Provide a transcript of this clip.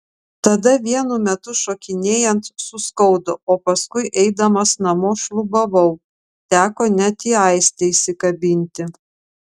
tada vienu metu šokinėjant suskaudo o paskui eidamas namo šlubavau teko net į aistę įsikabinti